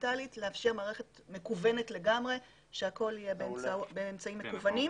דיגיטלית כדי לאפשר מערכת מקוונת לגמרי שהכול יהיה באמצעים מקוונים.